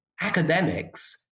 academics